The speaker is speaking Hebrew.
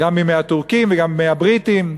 גם מימי הטורקים וגם מימי הבריטים.